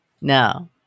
No